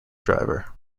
driver